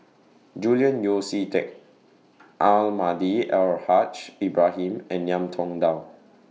Julian Yeo See Teck Almahdi Al Haj Ibrahim and Ngiam Tong Dow